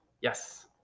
yes